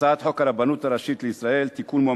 הצעת חוק הרבנות הראשית לישראל (תיקון מס' 5)